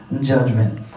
judgment